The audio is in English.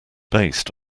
based